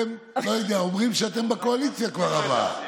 אוסאמה, לא יודע, אומרים שאתם כבר בקואליציה הבאה.